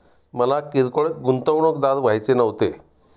मला किरकोळ गुंतवणूकदार व्हायचे नव्हते